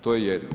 To je jedno.